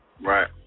Right